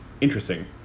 Interesting